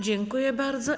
Dziękuję bardzo.